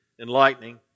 enlightening